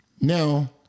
Now